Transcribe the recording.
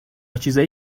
چیزای